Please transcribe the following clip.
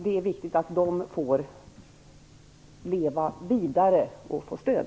Det är viktigt att dessa får leva vidare och att de får stöd.